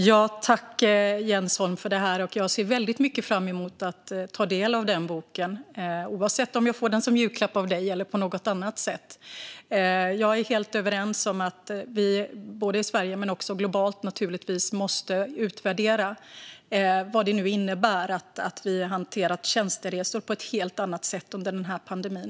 Fru talman! Tack för detta, Jens Holm! Jag ser väldigt mycket fram emot att ta del av den boken, oavsett om jag får den som julklapp av dig eller på något annat sätt. Vi är helt överens om att vi, både i Sverige och naturligtvis också globalt, måste utvärdera vad det innebär att vi har hanterat tjänsteresor på ett helt annat sätt under pandemin.